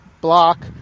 block